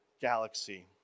galaxy